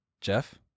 Jeff